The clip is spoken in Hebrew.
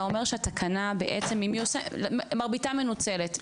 אתה אומר שהתקנה בעצם, מרביתה מנוצלת.